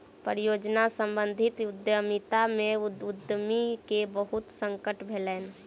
परियोजना सम्बंधित उद्यमिता में उद्यमी के बहुत संकट भेलैन